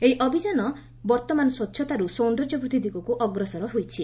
ଏହି ଅଭିଯାନ ବର୍ତ୍ତମାନ ସ୍ୱଚ୍ଚତାରୁ ସୌନ୍ଦର୍ଯ୍ୟ ବୃଦ୍ଧି ଦିଗକୁ ଅଗ୍ରସର ହୋଇଛି